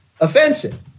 offensive